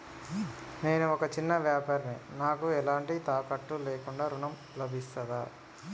నేను ఒక చిన్న వ్యాపారిని నాకు ఎలాంటి తాకట్టు లేకుండా ఋణం లభిస్తదా?